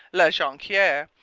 la jonquiere,